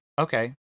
Okay